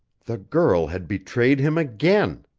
the girl had betrayed him again!